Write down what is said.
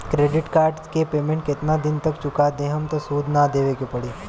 Credit card के payment केतना दिन तक चुका देहम त सूद ना देवे के पड़ी?